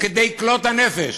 כדי כלות הנפש